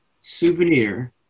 Souvenir